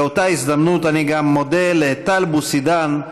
באותה הזדמנות אני גם מודה לטל בוסידן,